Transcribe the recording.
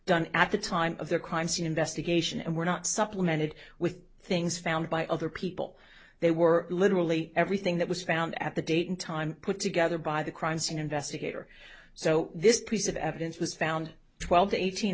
done at the time of the crime scene investigation and were not supplemented with things found by other people they were literally everything that was found at the date and time put together by the crime scene investigator so this piece of evidence was found twelve eighteen